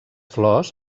flors